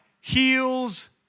Heals